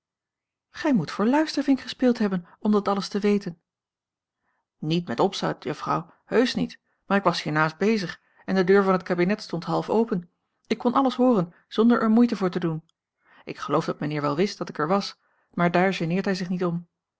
gij moet voor luistervink gespeeld hebben om dat alles te weten niet met opzet juffrouw heusch niet maar ik was hiernaast bezig en de deur van het kabinet stond half open ik kon alles hooren zonder er moeite voor te doen ik geloof dat mijnheer wel wist dat ik er was maar daar geneert hij zich niet om